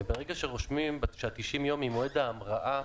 ברגע שרושמים ש-90 יום ממועד ההמראה,